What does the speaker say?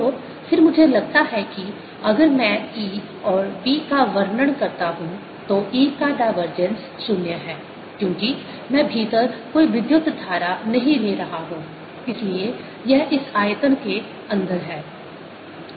तो फिर मुझे लगता है कि अगर मैं E और B का वर्णन करता हूं तो E का डाइवर्जेंस 0 है क्योंकि मैं भीतर कोई विद्युत धारा नहीं ले रहा हूं इसलिए यह इस आयतन के अंदर है